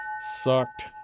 Sucked